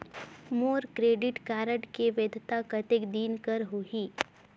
मोर credit card के वैधता कतेक दिन कर होही?